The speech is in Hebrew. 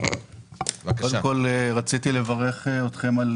קודם כול, רציתי לברך אתכם על